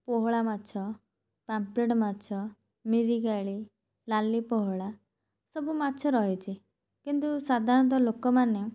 ପୋହଳା ମାଛ ପାମ୍ଫ୍ଲେଟ୍ ମାଛ ମିରିକାଳି ଲାଲି ପୋହଳା ସବୁ ମାଛ ରହିଛି କିନ୍ତୁ ସାଧାରଣତଃ ଲୋକମାନେ